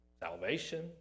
salvation